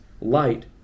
light